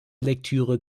lektüre